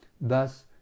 Thus